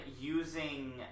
using